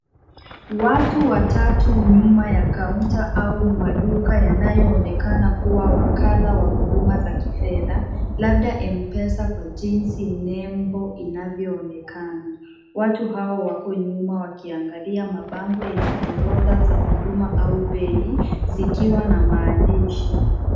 Watu watatu nyuma ya kaunta au maduka yanayo onekana kuwa wakala wa huduma za kifedha labda M-pesa kwa jinsi nembo inavyoonekana watu hawa wako nyuma wakiangalia mabango yenye orodha za huduma au bei zikiwa na maandishi.